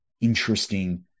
interesting